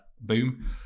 boom